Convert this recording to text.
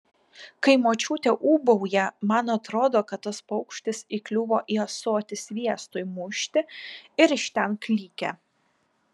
kai močiutė ūbauja man atrodo kad tas paukštis įkliuvo į ąsotį sviestui mušti ir iš ten klykia